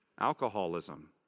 Alcoholism